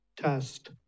Test